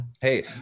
Hey